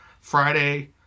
Friday